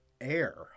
air